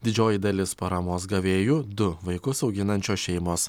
didžioji dalis paramos gavėjų du vaikus auginančios šeimos